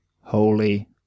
holy